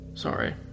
Sorry